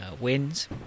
wins